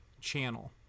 channel